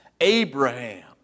Abraham